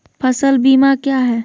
फ़सल बीमा क्या है?